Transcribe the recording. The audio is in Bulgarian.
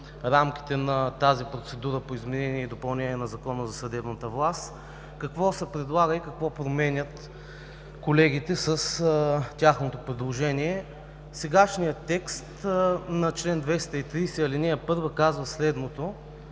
рамките на тази процедура по изменение и допълнение на Закона за съдебната власт. Какво се предлага и какво променят колегите с тяхното предложение? Сегашният текст на чл. 230, ал. 1 казва следното,